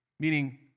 Meaning